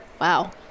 Wow